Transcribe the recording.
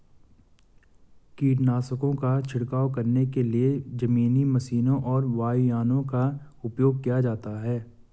कीटनाशकों का छिड़काव करने के लिए जमीनी मशीनों और वायुयानों का उपयोग किया जाता है